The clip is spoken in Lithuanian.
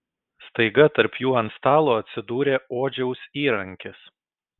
staiga tarp jų ant stalo atsidūrė odžiaus įrankis